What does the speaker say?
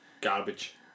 garbage